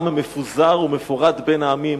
העם המפוזר ומפורד בין העמים,